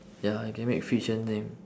ya you can make fiction name